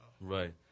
Right